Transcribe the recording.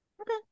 Okay